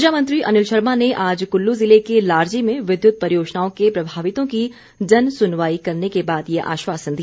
ऊर्जा मंत्री अनिल शर्मा ने आज कुल्लू ज़िले के लारजी में विद्युत परियोजनाओं के प्रभावितों की जन सुनवाई करने के बाद ये आश्वासन दिया